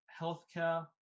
healthcare